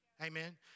Amen